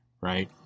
right